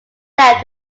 left